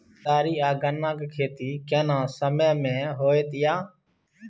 केतारी आ गन्ना के खेती केना समय में होयत या?